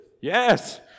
yes